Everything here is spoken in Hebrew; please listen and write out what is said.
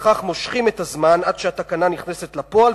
וכך מושכים את הזמן עד שהתקנה נכנסת לפועל,